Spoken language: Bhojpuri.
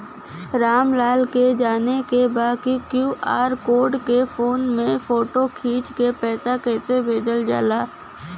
राम लाल के जाने के बा की क्यू.आर कोड के फोन में फोटो खींच के पैसा कैसे भेजे जाला?